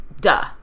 duh